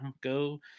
go